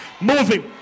moving